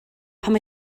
pam